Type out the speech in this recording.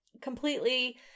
completely